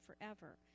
forever